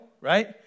right